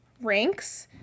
ranks